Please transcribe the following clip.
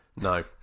no